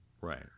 Right